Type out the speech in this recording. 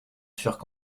furent